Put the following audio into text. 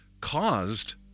caused